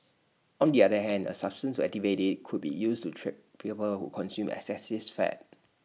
on the other hand A substance activate IT could be used to treat people who consume excessive fat